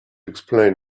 explain